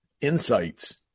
insights